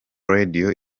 radio